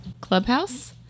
Clubhouse